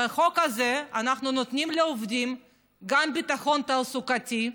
בחוק הזה אנחנו נותנים לעובדים גם ביטחון תעסוקתי.